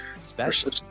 special